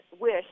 wish